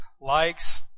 likes